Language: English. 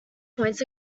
points